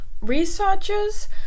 researchers